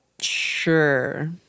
sure